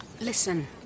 Listen